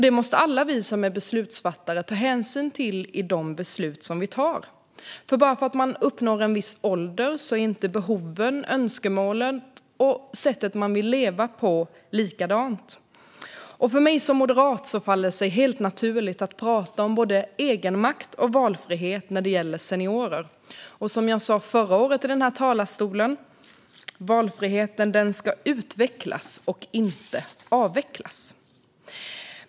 Det måste alla vi som är beslutsfattare ta hänsyn till i de beslut som vi tar. Bara för att man uppnår en viss ålder är inte behoven, önskemålen och sättet man vill leva på lika. För mig som moderat faller det sig helt naturligt att tala om både egenmakt och valfrihet när det gäller seniorer. Som jag sa förra året i denna talarstol: Valfriheten ska utvecklas och inte avvecklas.